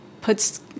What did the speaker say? puts